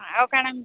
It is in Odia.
ଆଉ କାଣା